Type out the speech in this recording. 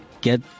get